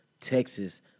Texas